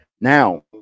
Now